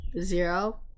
Zero